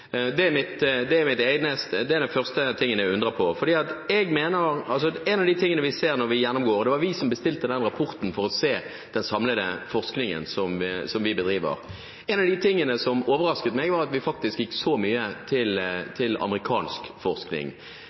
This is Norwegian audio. Det er det første jeg undrer meg på. En av de tingene vi så da vi gjennomgikk dette, og som faktisk overrasket meg – det var vi som bestilte den rapporten for å se den samlede forskningen som vi bedriver – var at vi faktisk hadde gitt så mye til amerikansk forskning.